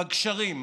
בגשרים,